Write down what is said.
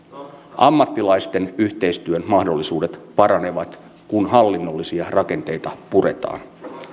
ammattilaisten yhteistyön mahdollisuudet paranevat kun hallinnollisia rakenteita puretaan